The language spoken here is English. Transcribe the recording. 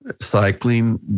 cycling